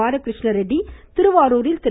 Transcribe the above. பாலகிரு ்ண ரெட்டி திருவாரூரில் திரு